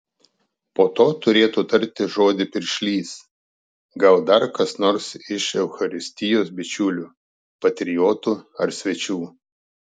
po to turėtų tarti žodį piršlys gal dar kas nors iš eucharistijos bičiulių patriotų ar svečių